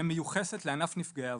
שמיוחסת לענף נפגעי עבודה.